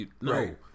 no